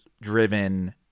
driven